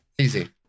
Easy